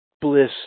bliss